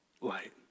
light